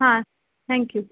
हां थँक्यू